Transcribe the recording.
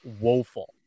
woeful